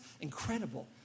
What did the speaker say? incredible